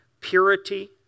purity